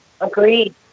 Agreed